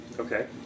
Okay